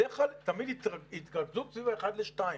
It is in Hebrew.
בדרך כלל תמיד התכנסו סביב האחד לשניים.